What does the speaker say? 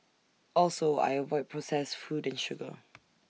also I avoid processed food and sugar